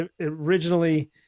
originally